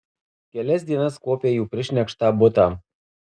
kelias dienas kuopė jų prišnerkštą butą